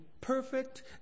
perfect